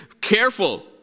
careful